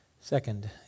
second